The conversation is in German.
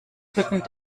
rücken